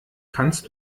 kannst